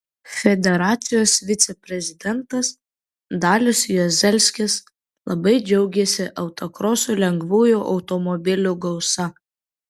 federacijos viceprezidentas dalius juozelskis labai džiaugėsi autokroso lengvųjų automobilių gausa